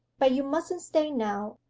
but you mustn't stay now,